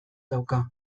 dauka